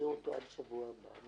אם